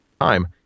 time